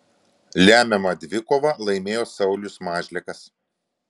lemiamą dvikovą laimėjo saulius mažlekas